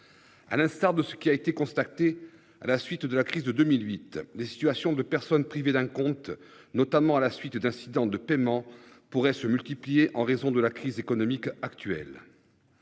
À l'instar de ce qui a été constatée à la suite de la crise de 2008. Les situations de personnes privées d'un compte notamment à la suite d'incidents de paiement pourraient se multiplier en raison de la crise économique actuelle.